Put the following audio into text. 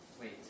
Wait